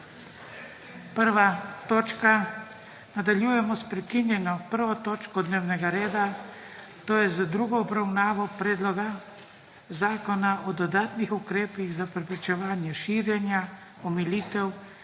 naprav. Nadaljujemo s prekinjeno **1. točko dnevnega reda, to je z drugo obravnavo predloga Zakona o dodatnih ukrepih za preprečevanje širjenja, omilitev,